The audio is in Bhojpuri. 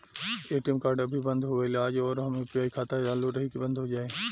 ए.टी.एम कार्ड अभी बंद हो गईल आज और हमार यू.पी.आई खाता चालू रही की बन्द हो जाई?